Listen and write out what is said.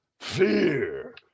fear